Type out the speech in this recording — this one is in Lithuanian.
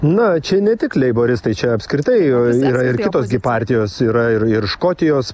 na čia ne tik leiboristai čia apskritai yra ir kitos gi partijos yra ir ir škotijos